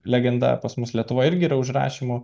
legenda pas mus lietuvoj irgi yra užrašymų